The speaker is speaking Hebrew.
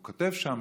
הוא כותב שם,